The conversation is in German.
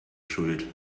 schuld